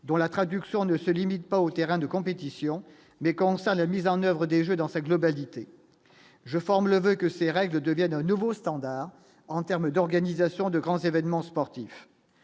dont la traduction ne se limite pas au terrain de compétition mais concerne la mise en oeuvre des jouets dans sa globalité, je forme le voeu que ces règles devienne un nouveau standard en termes d'organisation de grands événements sportifs,